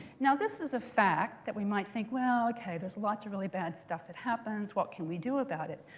now this is a fact that we might think, well, ok there's lots of really bad stuff that happens. what can we do about it?